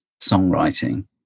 songwriting